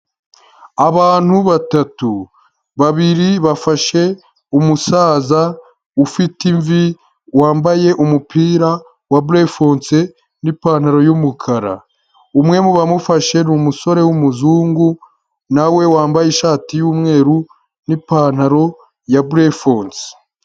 Abantu batatu, babiri bafashe umusaza ufite imvi wambaye umupira wa burefonse n'ipantaro y'umukara, umwe mu bamufashe ni umusore w'umuzungu nawe wambaye ishati y'umweru n'ipantaro ya burefonse.